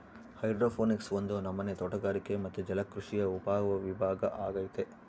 hydroponics ಒಂದು ನಮನೆ ತೋಟಗಾರಿಕೆ ಮತ್ತೆ ಜಲಕೃಷಿಯ ಉಪವಿಭಾಗ ಅಗೈತೆ